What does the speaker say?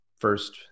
first